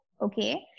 Okay